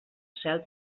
cel